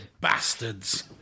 bastards